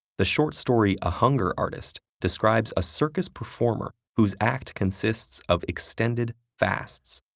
the short story, a hunger artist, describes a circus performer whose act consists of extended fasts.